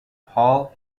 paul